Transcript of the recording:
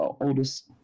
oldest